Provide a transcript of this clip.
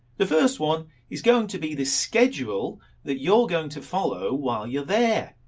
the first one is going to be the schedule that you're going to follow while you are there.